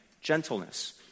gentleness